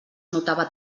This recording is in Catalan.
notava